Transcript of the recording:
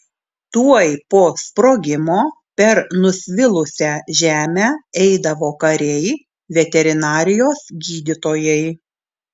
tuoj po sprogimo per nusvilusią žemę eidavo kariai veterinarijos gydytojai